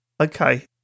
Okay